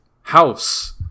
House